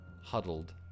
huddled